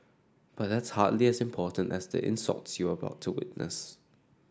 but that's hardly as important as the insults you are about to witness